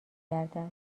گردد